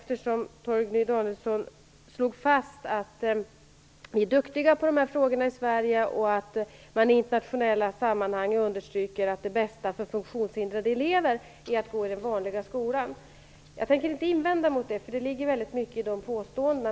Torgny Danielsson slog fast att vi är duktiga på de här sakerna i Sverige och att man i internationella sammanhang understryker att det bästa för funktionshindrade elever är att gå i den vanliga skolan. Jag tänker inte invända mot det - det ligger mycket i de påståendena.